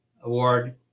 Award